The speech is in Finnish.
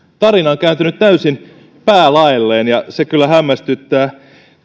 tarina on kääntynyt täysin päälaelleen ja se kyllä hämmästyttää